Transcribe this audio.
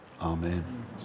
Amen